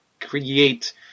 create